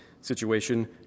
situation